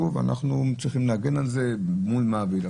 ואנחנו צריכים להגן על זה מול המעביד.